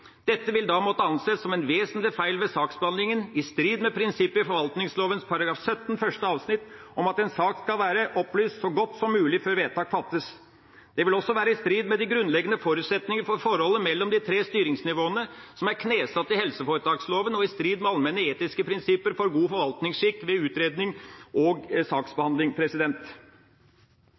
Dette vil da måtte anses som en vesentlig feil ved saksbehandlinga, i strid med prinsippet i forvaltningsloven § 17 første avsnitt, om at en sak skal være opplyst så godt som mulig før vedtak fattes. Det vil også være i strid med de grunnleggende forutsetninger for forholdet mellom de tre styringsnivåene, som er knesatt i helseforetaksloven og i strid med allmenne etiske prinsipper for god forvaltningsskikk ved utredning og